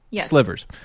slivers